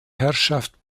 herrschaft